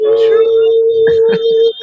true